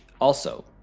also,